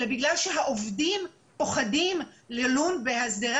אלא בגלל שהעובדים פוחדים ללון בהסדרי